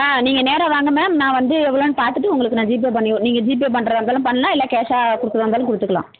ஆ நீங்கள் நேராக வாங்க மேம் நான் வந்து எவ்வளோன்னு பார்த்துட்டு உங்களுக்கு நான் ஜிபே பண்ணிவிடுற நீங்கள் ஜிபே பண்றதா இருந்தாலும் பண்ணலான் இல்லை கேஷாக கொடுக்குறதா இருந்தாலும் கொடுத்துக்கலாம்